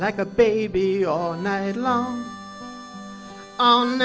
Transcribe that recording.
like a baby all night long